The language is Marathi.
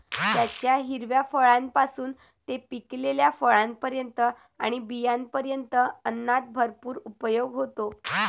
त्याच्या हिरव्या फळांपासून ते पिकलेल्या फळांपर्यंत आणि बियांपर्यंत अन्नात भरपूर उपयोग होतो